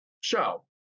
show